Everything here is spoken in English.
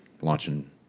launching